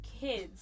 kids